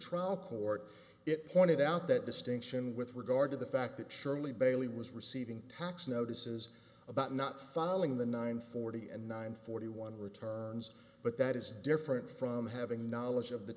trial court it pointed out that distinction with regard to the fact that surely bailey was receiving tax notices about not solving the nine forty nine forty one returns but that is different from having knowledge of the